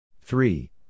Three